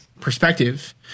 perspective